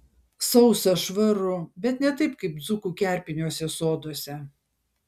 sausa švaru bet ne taip kaip dzūkų kerpiniuose soduose